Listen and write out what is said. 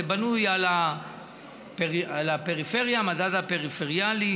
זה בנוי על הפריפריה, המדד הפריפריאלי,